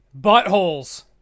Buttholes